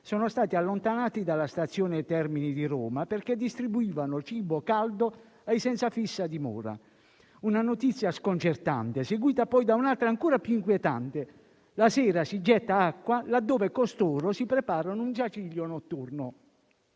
sono stati allontanati dalla Stazione Termini di Roma perché distribuivano cibo caldo ai senza fissa dimora. È questa una notizia sconcertante, seguita poi da un'altra ancora più inquietante: la sera si getta acqua laddove costoro si preparano un giaciglio notturno.